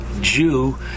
Jew